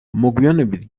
მოგვიანებით